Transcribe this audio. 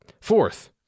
Fourth